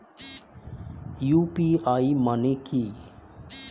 UPI মানে কি?